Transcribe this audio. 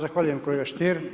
Zahvaljujem kolega Stier.